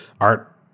art